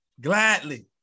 gladly